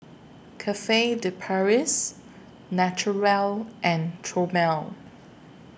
Cafe De Paris Naturel and Chomel